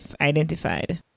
identified